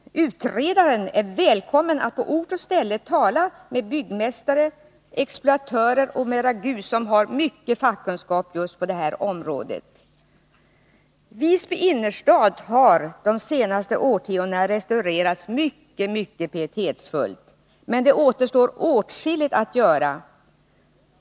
Utredaren är välkommen att tala med byggmästare, exploatörer och RAGU, som har mycket fackkunskap just på det här området. Visby innerstad har de senaste årtiondena restaurerat mycket pietetsfullt, men det återstår åtskilligt att göra.